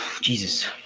Jesus